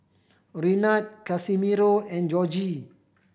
Renard Casimiro and Georgie